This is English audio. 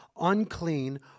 unclean